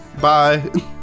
Bye